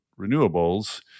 renewables